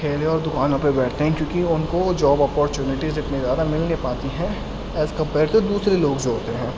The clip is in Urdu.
ٹھیلے اور دوکانوں پہ بیٹھتے ہیں کیونکہ ان کو جاب اپورچنٹیز اتنی زیادہ مل نہیں پاتی ہیں از کمپیر ٹو دوسرے لوگ جو ہوتے ہیں